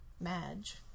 Madge